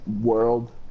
world